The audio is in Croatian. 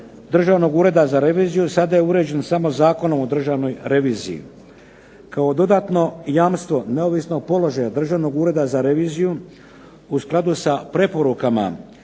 Državnog ureda za reviziju sada je uređen samo Zakonom o državnoj reviziji. Kao dodatno jamstvo neovisnog položaja Državnog ureda za reviziju u skladu sa preporukama